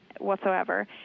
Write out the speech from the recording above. whatsoever